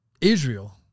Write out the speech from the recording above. Israel